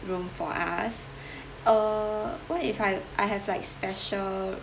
room for us uh what if I I have like special